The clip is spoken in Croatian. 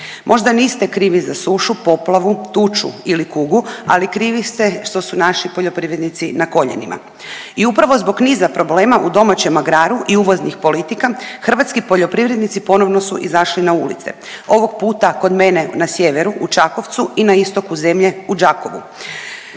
Možda niste krivi za sušu, poplavu, tuču ili kugu, ali krivi ste što su naši poljoprivrednici na koljenima i upravo zbog niza problema u domaćem agraru i uvoznih politika, hrvatski poljoprivrednici ponovno su izašli na ulice. Ovog puta kod mene na sjeveru, u Čakovcu i na istoku zemlje u Đakovu.